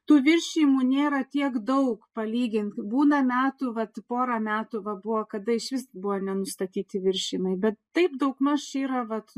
tų viršijimų nėra tiek daug palygint būna metų vat porą metų va buvo kada išvis buvo nenustatyti viršijimai bet taip daugmaž yra vat